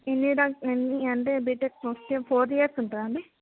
India bank MBA అంటే BTech మొత్తం four years ఉంటదా అండి